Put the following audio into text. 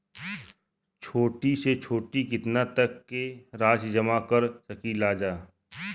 छोटी से छोटी कितना तक के राशि जमा कर सकीलाजा?